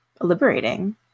liberating